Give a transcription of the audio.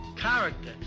Character